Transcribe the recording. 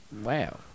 Wow